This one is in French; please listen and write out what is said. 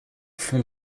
fond